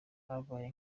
babaye